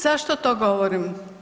Zašto to govorim?